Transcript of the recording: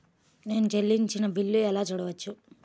నేను చెల్లించిన బిల్లు ఎలా చూడవచ్చు?